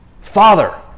Father